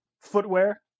footwear